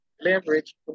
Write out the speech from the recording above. leverage